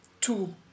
Two